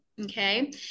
Okay